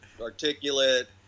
articulate